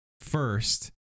first